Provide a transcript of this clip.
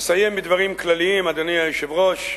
אסיים בדברים כלליים, אדוני היושב-ראש,